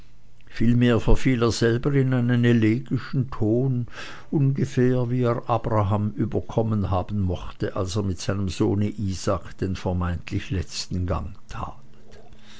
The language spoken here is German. vielmehr verfiel er selber in einen elegischen ton ungefähr wie er abraham überkommen haben mochte als er mit seinem sohne isaak den vermeintlich letzten gang tat